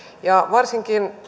varsinkin